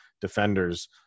defenders